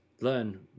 learn